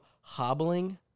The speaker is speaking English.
hobbling